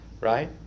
right